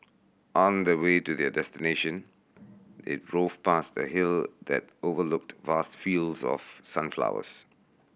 on the way to their destination they drove past a hill that overlooked vast fields of sunflowers